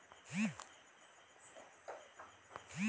निवेश बेंक म बनेच झन मनखे मन ह जुड़े रहिथे